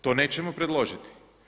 To nećemo predložiti.